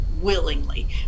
willingly